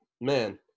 man